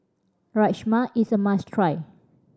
rajma is a must try